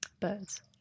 Birds